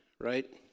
right